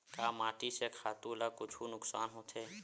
का माटी से खातु ला कुछु नुकसान होथे?